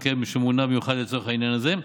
חוקר שמונה במיוחד לצורך העניין הזה.